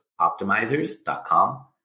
optimizers.com